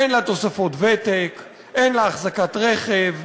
אין לה תוספות ותק, אין לה אחזקת רכב,